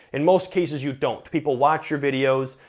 in most cases, you don't people watch your videos,